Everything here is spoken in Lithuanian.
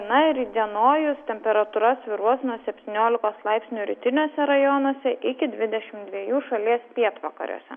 na ir įdienojus temperatūra svyruos nuo septyniolikos laipsnių rytiniuose rajonuose iki dvidešim dviejų šalies pietvakariuose